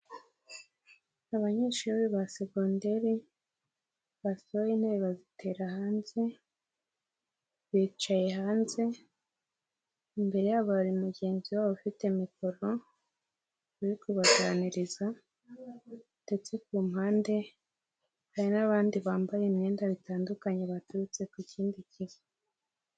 Abanyeshuri ba segonderi basohoye intebe bazitera hanze, bicaye hanze imbere ya ba mugenzi wabo ufite mikoro bari kubaganiriza, ndetse ku mpande hari n'abandi bambaye imyenda bitandukanye baturutse ku kindi gihe.